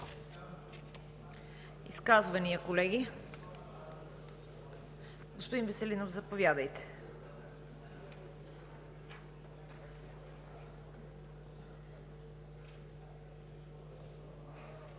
Изказвания, колеги? Господин Веселинов, заповядайте. ИСКРЕН